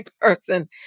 person